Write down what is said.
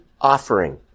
offering